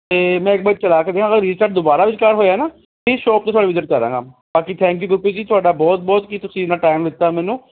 ਅਤੇ ਮੈਂ ਇੱਕ ਵਾਰ ਚਲਾ ਕੇ ਨਾ ਰੀਸਟਾਟ ਦੁਬਾਰਾ ਰੀਸਟਾਟ ਹੋਇਆ ਨਾ ਸ਼ੋਪ 'ਤੇ ਫੇਰ ਵਿਜ਼ਿਟ ਕਰਾਂਗਾ ਮੈਂ ਬਾਕੀ ਥੈਂਕ ਯੂ ਗੁਰਪ੍ਰੀਤ ਜੀ ਤੁਹਾਡਾ ਬਹੁਤ ਬਹੁਤ ਕੀ ਤੁਸੀਂ ਇੰਨਾ ਟਾਈਮ ਦਿੱਤਾ ਮੈਨੂੰ